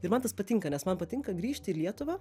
ir man tas patinka nes man patinka grįžti į lietuvą